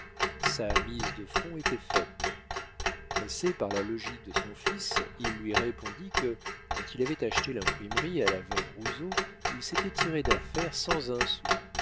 sa mise de fonds était faite pressé par la logique de son fils il lui répondit que quand il avait acheté l'imprimerie à la veuve rouzeau il s'était tiré d'affaire sans un sou